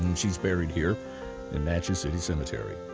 she's buried here in natchez city cemetery.